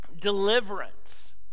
deliverance